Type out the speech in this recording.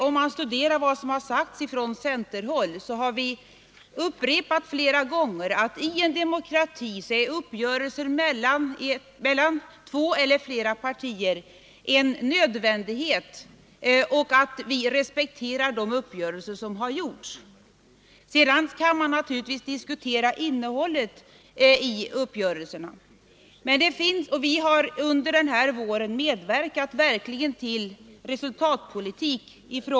Om man studerar vad som har sagts från centerhåll skall man finna — det vill jag slå fast — att vi flera gånger förklarat att uppgörelser mellan två eller flera partier är en nödvändighet i en demokrati och att vi respekterar de uppgörelser som träffas. Sedan kan man naturligtvis diskutera innehållet i dem. Centern har med Thorbjörn Fälldin i spetsen under denna vår verkligen medverkat till resultatpolitik.